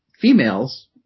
females